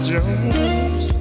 Jones